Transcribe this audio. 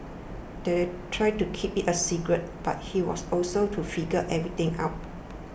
they tried to keep it a secret but he was also to figure everything out